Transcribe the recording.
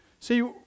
See